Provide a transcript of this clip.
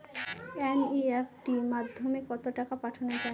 NEFT মাধ্যমে কত টাকা পাঠানো যায়?